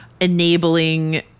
enabling